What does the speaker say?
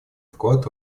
вклад